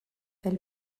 elle